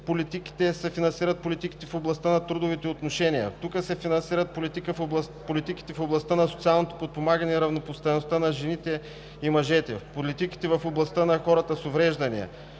тук се финансират политиките в областта на трудовите отношения, тук се финансират политиките в областта на социалното подпомагане и равнопоставеността на жените и мъжете, политиките в областта на хората с увреждания,